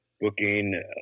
booking